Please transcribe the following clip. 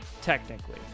technically